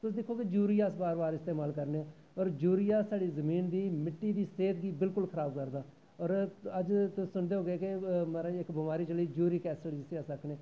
तोे जेह्का यूरिया अस बार बार इस्तेमाल करने आं यूरिया साढ़ी मिट्टी दी सेह्त गी बिल्कुल खराब करदा ऐ और अज्ज तुस सुनदे होगे कि अज्ज इक बनारी चली दी यूरिक ऐसड जिसी अस आखने न